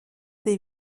des